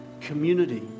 community